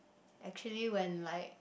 actually when like